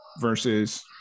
versus